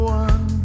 one